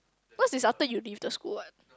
what is after you leave the school one